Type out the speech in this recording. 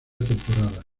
temporada